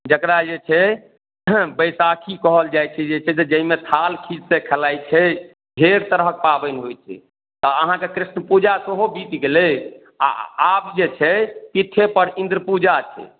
जकरा जे छै वैशाखी कहल जाइ छै जे छै जहिमे थाल खीचसँ खेलाय छै ढेर तरहक पाबनि होइ छै तऽ अहाँके कृष्ण पूजा सेहो बीत गेलै आ आब जे छै पिठे पर इन्द्र पूजा छै